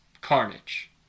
Carnage